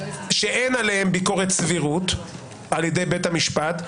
שאין עליהן ביקורת סבירות על ידי בית המשפט,